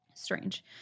strange